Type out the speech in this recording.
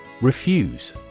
Refuse